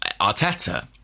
Arteta